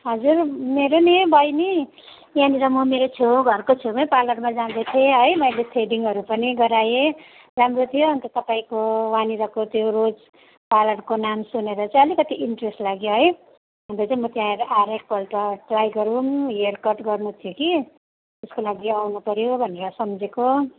हजुर मेरो नि बहिनी यहाँनिर म मेरो छेउ घरको छेवै पार्लरमा जाँदैथिएँ है मैले थ्रेडिङहरू पनि गराएँ राम्रो थियो अन्त तपाईँको वहाँनिरको त्यो रोज पार्लरको नाम सुनेर चाहिँ अलिकति इन्ट्रेस लाग्यो है अन्त चाहिँ म त्यहाँ आएर आएर एकपल्ट ट्राई गरौँ हेयर कट गर्नु थियो कि त्यसको लागि आउनुपऱ्यो भनेर सम्झेको